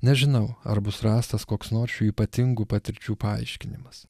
nežinau ar bus rastas koks nors šių ypatingų patirčių paaiškinimas